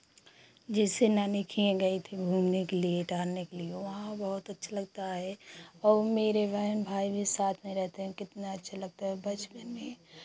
जैसे नानी के यहाँ गई थी घूमने के लिए टहलने के लिए वहां बहुत अच्छा लगता है औ मेरे बहन भाई भी साथ में रहते हैं कितने अच्छा लगता है बचपन में